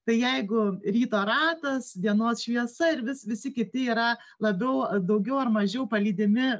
tai jeigu ryto ratas dienos šviesa ir vis visi kiti yra labiau daugiau ar mažiau palydimi